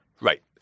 Right